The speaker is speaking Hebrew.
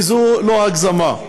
וזו לא הגזמה.